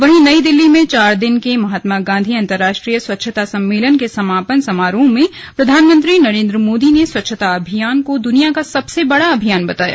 वहीं नई दिल्ली में चार दिन के महात्मा गांधी अंतर्राष्ट्रीय स्वच्छता सम्मेलन के समापन समारोह में प्रधानमंत्री नरेन्द्र मोदी ने स्वच्छता अभियान को दुनिया का सबसे बड़ा अभियान बताया